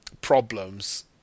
problems